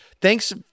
thanks